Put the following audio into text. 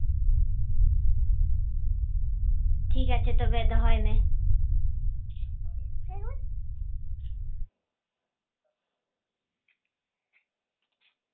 ᱴᱷᱤᱠ ᱟᱪᱷᱮ ᱛᱚᱵᱮ ᱫᱚᱦᱚᱭ ᱢᱮ